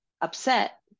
upset